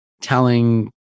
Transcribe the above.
telling